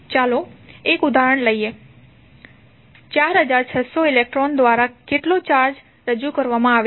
ચાલો એક ઉદાહરણ લઈએ 4600 ઇલેક્ટ્રોન દ્વારા કેટલો ચાર્જ રજૂ કરવામાં આવે છે